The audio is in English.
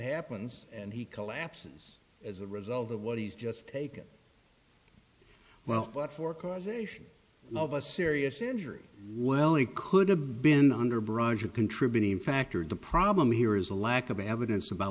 happens and he collapses as a result of what he's just take it well but for causation of a serious injury well he could have been under a barrage of contributing factor the problem here is a lack of evidence about